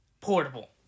Portable